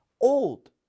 old